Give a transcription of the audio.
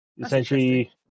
essentially